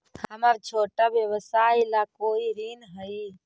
हमर छोटा व्यवसाय ला कोई ऋण हई?